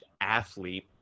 athlete